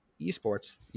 esports